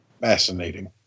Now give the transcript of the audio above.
Fascinating